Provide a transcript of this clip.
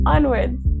Onwards